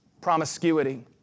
promiscuity